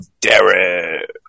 Derek